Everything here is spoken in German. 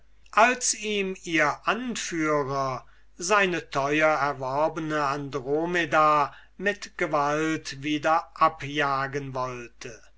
als ihm ihr anführer phineus seine geliebte und teuer erworbene andromeda mit gewalt wieder abjagen wollte